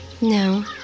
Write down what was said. No